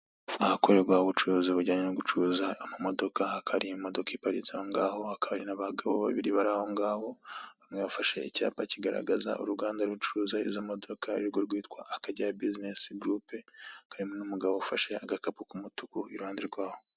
Ahakorerwa ubucuruzi bujyanye no gucuruza amamodoka hakaba hari imodokadoka iparitse aho ngahoka hari n'abagabo babiri bari ahongaho bafashe icyapa kigaragaza uruganda rucuruza izo modoka arirwo rwitwa akagera bizinesi gurupe hakaba harimo n'umugabo ufashe agakapu k'umutuku iruhande rwaho.